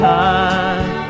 time